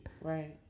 Right